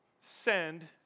send